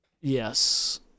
Yes